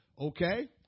Okay